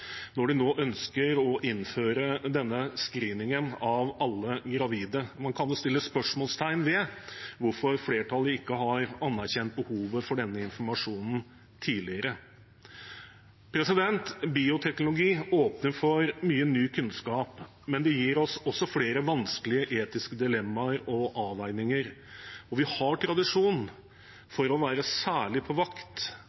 når de nå ønsker å innføre denne screeningen av alle gravide, men man kan jo stille spørsmålet: Hvorfor har ikke flertallet anerkjent behovet for denne informasjonen tidligere? Bioteknologi åpner for mye ny kunnskap, men gir oss også flere vanskelige etiske dilemmaer og avveininger. Vi har tradisjon